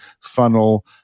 funnel